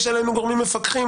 יש עלינו גורמים מפקחים